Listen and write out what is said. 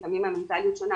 לפעמים המנטליות שונה.